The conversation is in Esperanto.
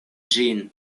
ĝin